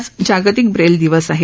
आज जागतिक ब्रेल दिवस आहे